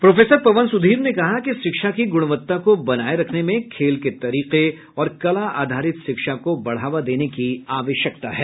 professor Pawan Sudhir ने कहा कि शिक्षा की गुणवत्ता को बनाये रखने में खेल के तरीके और कला आधारित शिक्षा को बढ़ावा देने की आवश्यकता है